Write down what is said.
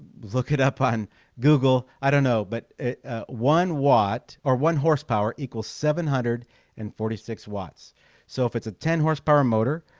look it up on google. i don't know but one watt or one horse power equals seven hundred and forty six watts so if it's a ten horsepower motor,